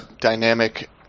dynamic